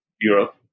Europe